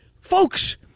Folks